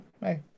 hey